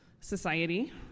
society